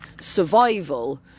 survival